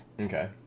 okay